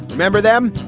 remember them.